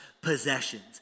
possessions